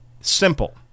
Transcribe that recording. simple